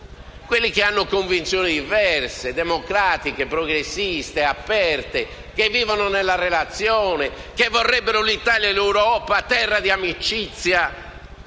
quelli che hanno convinzioni diverse, democratiche, progressiste, aperte, che vivono nella relazione, che vorrebbero l'Italia e l'Europa terra di amicizia